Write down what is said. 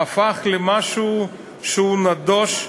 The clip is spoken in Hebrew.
הפך למשהו שהוא נדוש,